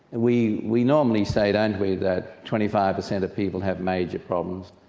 we we normally say, don't we, that twenty five percent of people have major problems,